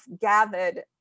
gathered